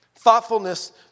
Thoughtfulness